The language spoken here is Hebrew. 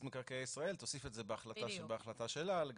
מקרקעי ישראל תוסיף את זה בהחלטה שלה -- בדיוק,